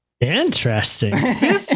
interesting